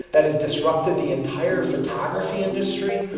that have disrupted the entire photography industry,